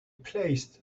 placed